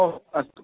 ओ अस्तु